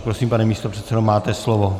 Prosím, pane místopředsedo, máte slovo.